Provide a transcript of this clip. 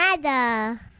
mother